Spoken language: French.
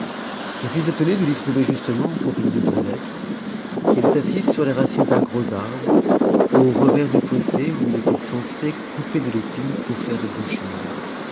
je fus étonné de l'y trouver justement en compagnie de brulette qui était assise sur les racines d'un gros arbre au revers du fossé où il était censé couper de l'épine pour faire des bouchures